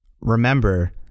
remember